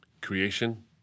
Creation